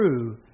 true